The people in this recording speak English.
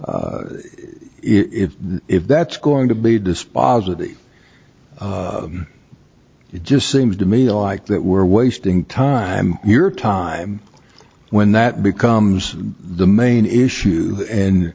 because if that's going to be dispositive it just seems to me like that we're wasting time your time when that becomes the main issue and